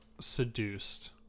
seduced